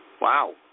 Wow